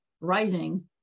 rising